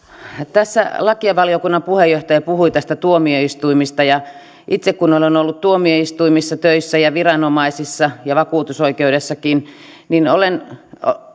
tässä lakivaliokunnan puheenjohtaja puhui tuomioistuimista ja itse kun olen ollut tuomioistuimissa töissä ja viranomaisissa ja vakuutusoikeudessakin niin olen